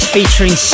Featuring